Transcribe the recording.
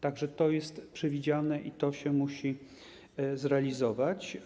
To jest przewidziane i to się musi zrealizować.